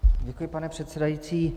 Děkuji, pane předsedající.